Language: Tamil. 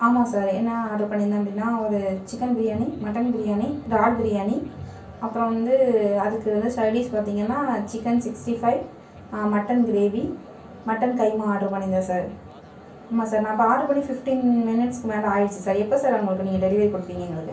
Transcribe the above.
ஆமாம் சார் என்ன ஆட்ரு பண்ணியிருந்தேன் அப்படினா ஒரு சிக்கென் பிரியாணி மட்டன் பிரியாணி இறால் பிரியாணி அப்புறம் வந்து அதுக்கு வந்து சைட் டிஸ் பார்த்திங்கனா சிக்கென் சிக்ஸ்டி ஃபைவ் ஆ mutton gravy mutton keema order பண்ணியிருந்தேன் சார் ஆமாம் சார் நான் இப்போ ஆட்ரு பண்ணி பிஃப்டின் மினிட்ஸ்க்கு மேலே ஆகிடுச்சி சார் எப்போ சார் எங்களுக்கு நீங்கள் டெலிவரி கொடுப்பீங்க எங்களுக்கு